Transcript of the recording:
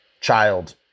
child